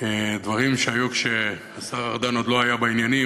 דברים שהיו כשהשר ארדן עוד לא היה בעניינים.